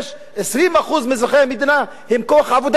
20% מאזרחי המדינה הם כוח עבודה אדיר,